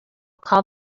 call